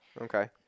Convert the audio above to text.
Okay